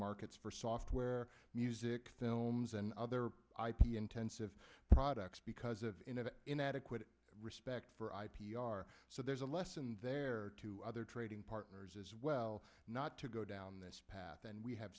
markets for software music films and other ip intensive products because of inadequate respect for i p r so there's a lesson there other trading partners as well not to go down this path and we have